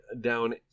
down